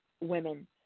women